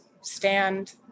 stand